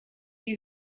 die